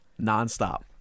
Nonstop